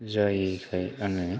जायिखाय आङो